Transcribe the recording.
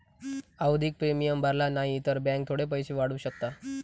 आवधिक प्रिमियम भरला न्हाई तर बॅन्क थोडे पैशे वाढवू शकता